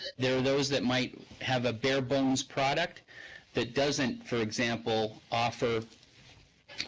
there are those that might have a bare bones product that doesn't for example offer